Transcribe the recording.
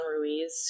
Ruiz